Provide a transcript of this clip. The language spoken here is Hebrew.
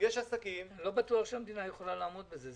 אני לא בטוח שהמדינה יכולה לעמוד בזה.